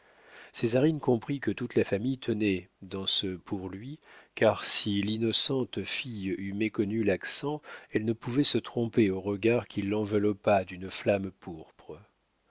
lui césarine comprit que toute la famille tenait dans ce pour lui car si l'innocente fille eût méconnu l'accent elle ne pouvait se tromper au regard qui l'enveloppa d'une flamme